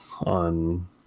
on